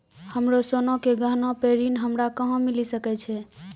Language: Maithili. हमरो सोना के गहना पे ऋण हमरा कहां मिली सकै छै?